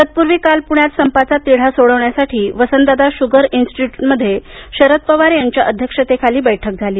तत्पूर्वी काल पुण्यात संपाचा तिढा सोडवण्यासाठी वसंतदादा शुगर इन्स्टिट्यूटमध्ये शरद पवार यांच्या अध्यक्षतेखाली बैठक झाली